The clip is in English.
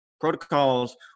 protocols